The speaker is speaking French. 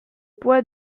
pois